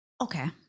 Okay